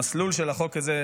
המסלול של החוק הזה,